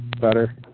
better